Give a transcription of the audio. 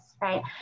Right